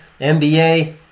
NBA